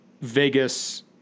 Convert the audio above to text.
Vegas